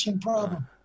problem